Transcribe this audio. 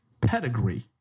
pedigree